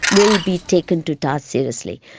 will be taken to task seriously.